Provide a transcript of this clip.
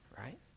Right